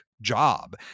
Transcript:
job